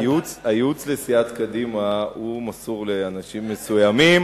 הייעוץ לסיעת קדימה מסור לאנשים מסוימים